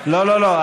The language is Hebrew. לא לא לא,